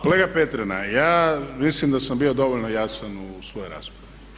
Kolega Petrina, ja mislim da sam bio dovoljno jasan u svojoj raspravi.